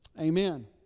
Amen